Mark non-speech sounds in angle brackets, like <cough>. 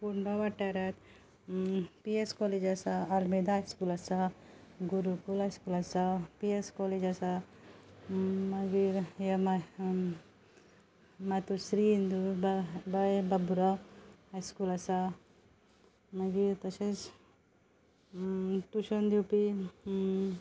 फोंडा वाठारांत P E S college आसा Almeida high school आसा गुरुकूल हाय स्कूल आसा पी इ एस कॉलेज आसा मागीर <unintelligible> माथुश्री इंदुरा बाबुराव हाय स्कूल आसा मागीर तशेंच ट्यूशन दिवपी